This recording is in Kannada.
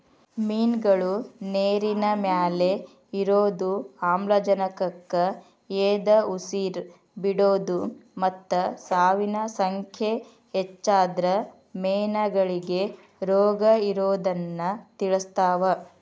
ಮಿನ್ಗಳು ನೇರಿನಮ್ಯಾಲೆ ಇರೋದು, ಆಮ್ಲಜನಕಕ್ಕ ಎದಉಸಿರ್ ಬಿಡೋದು ಮತ್ತ ಸಾವಿನ ಸಂಖ್ಯೆ ಹೆಚ್ಚಾದ್ರ ಮೇನಗಳಿಗೆ ರೋಗಇರೋದನ್ನ ತಿಳಸ್ತಾವ